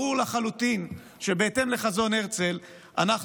ברור לחלוטין שבהתאם לחזון הרצל אנחנו